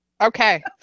Okay